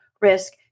risk